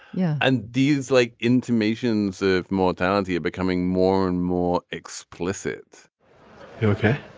yeah. and these like intimations of mortality are becoming more and more explicit okay.